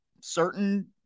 certain